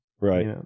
Right